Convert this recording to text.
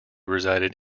resided